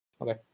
okay